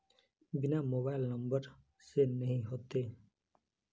बिना mobile number से नहीं होते?